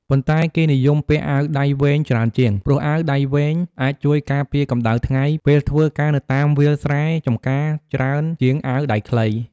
ប៉ុន្តែគេនិយមពាក់អាវដៃវែងច្រើនជាង ព្រោះអាវដៃវែងអាចជួយការពារកម្តៅថ្ងៃ ពេលធ្វើការនៅតាមវាលស្រែចំការច្រើនជាងអាវដៃខ្លី។